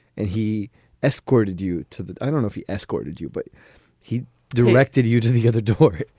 and he escorted you to the. i don't know if he escorted you, but he directed you to the other door.